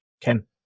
Ken